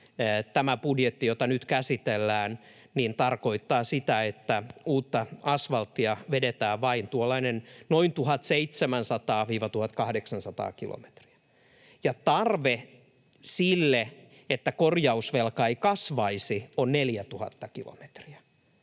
tämä budjetti, jota nyt käsitellään, tarkoittaa sitä, että uutta asfalttia vedetään vain noin 1 700—1 800 kilometriä. Tarve sille, että korjausvelka ei kasvaisi, on 4 000 kilometriä,